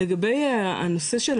לגבי הנושא של